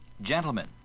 Gentlemen